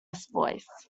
voice